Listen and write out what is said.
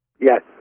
Yes